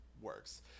works